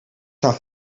staan